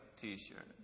T-shirt